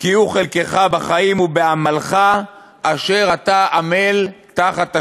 כי הוא חלקך בחיים, ובעמלך אשר אתה עמל תחת השמש".